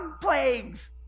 plagues